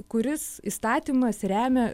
kuris įstatymas remia